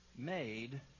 Made